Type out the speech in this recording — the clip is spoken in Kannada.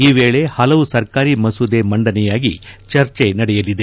ಈ ವೇಳೆ ಹಲವು ಸರ್ಕಾರಿ ಮಸೂದೆ ಮಂಡನೆಯಾಗಿ ಚರ್ಚೆ ನಡೆಯಲಿದೆ